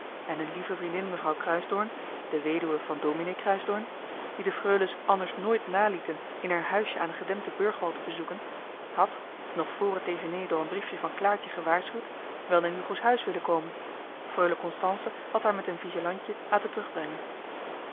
en hun lieve vriendin mevrouw kruisdoorn de weduwe van dominee kruisdoorn die de freules anders nooit nalieten in haar huisje aan den gedempten burgwal te bezoeken had nog vr het dejeuner door een briefje van claartje gewaarschuwd wel naar hugo's huis willen komen freule constance had haar met een vigélantje laten terugbrengen